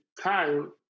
time